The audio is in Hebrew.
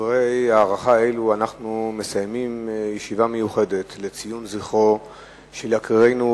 בדברי הערכה אלו אנחנו מסיימים ישיבה מיוחדת לציון זכרו של יקירנו,